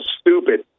stupid